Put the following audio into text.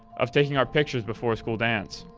of taking our pictures before a school dance,